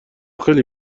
خیلی